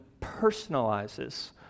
personalizes